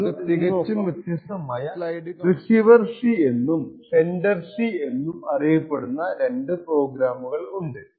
പറഞ്ഞതുപോലെ ഇവിടെ നമുക്ക് തികച്ചും വ്യത്യസ്തമായ റിസീവർ c എന്നും സെൻഡർ c എന്നും അറിയപ്പെടുന്ന രണ്ടു പ്രോഗ്രാമുകൾ ഉണ്ട്